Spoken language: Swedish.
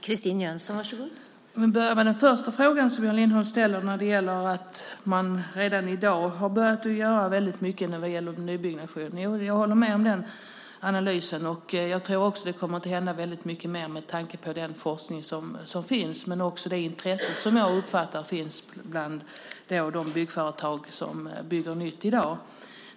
Fru talman! Jag börjar med Jan Lindholms första fråga, om att man redan i dag gör väldigt mycket vad gäller nybyggnation. Ja, jag håller med om den analysen. Jag tror också att det kommer att hända väldigt mycket mer med tanke på den forskning som finns och också med tanke på det intresse som jag uppfattar finns bland de byggföretag som i dag bygger nytt.